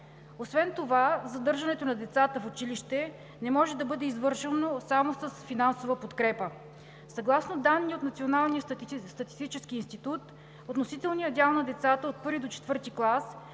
Освен това задържането на децата в училище не може да бъде извършено само с финансова подкрепа. Съгласно данни от Националния статистически институт относителният дял на децата от I до IV клас